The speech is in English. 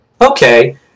okay